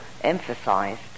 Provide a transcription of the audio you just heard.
emphasized